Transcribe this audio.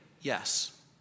Yes